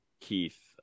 keith